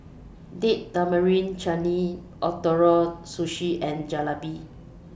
Date Tamarind Chutney Ootoro Sushi and Jalebi